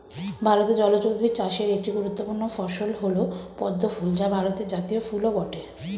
ভারতে জলজ উদ্ভিদ চাষের একটি গুরুত্বপূর্ণ ফসল হল পদ্ম ফুল যা ভারতের জাতীয় ফুলও বটে